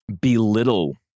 belittle